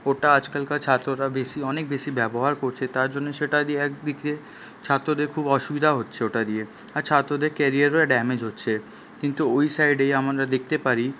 ওটা আজকালকার ছাত্ররা বেশি অনেক বেশি ব্যবহার করছে তার জন্য সেটায় দিয়ে একদিক দিয়ে ছাত্রদের খুব অসুবিধাও হচ্ছে ওটা দিয়ে আর ছাত্রদের কেরিয়ারও ড্যামেজ হচ্ছে কিন্তু ওই সাইডেই আমরা দেখতে পারি